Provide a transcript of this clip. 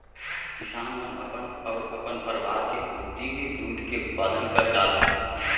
किसान मन अपन अउ अपन परवार के पुरती दूद के उत्पादन कर डारथें